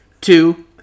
Two